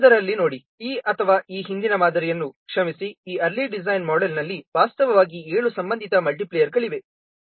ಹಿಂದಿನದರಲ್ಲಿ ನೋಡಿ ಇ ಅಥವಾ ಈ ಹಿಂದಿನ ಮಾದರಿಯನ್ನು ಕ್ಷಮಿಸಿ ಈ ಅರ್ಲಿ ಡಿಸೈನ್ ಮೋಡೆಲ್ನಲ್ಲಿ ವಾಸ್ತವವಾಗಿ 7 ಸಂಬಂಧಿತ ಮಲ್ಟಿಪ್ಲಿಯರ್ಗಳಿವೆ